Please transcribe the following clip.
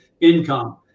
income